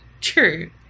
True